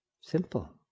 simple